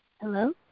Hello